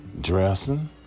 dressing